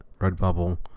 Redbubble